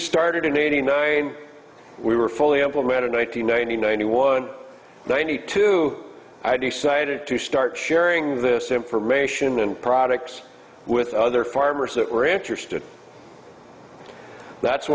started in eighty nine we were fully implemented one thousand nine hundred ninety one ninety two i decided to start sharing this information and products with other farmers that were interested that's